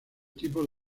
tipos